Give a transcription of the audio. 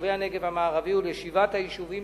ליישובי הנגב המערבי ולשבעת היישובים